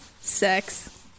Sex